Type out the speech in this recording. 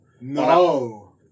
No